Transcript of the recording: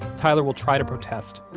tyler will try to protest.